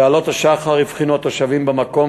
בעלות השחר הבחינו התושבים במקום,